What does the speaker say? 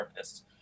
therapists